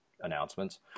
announcements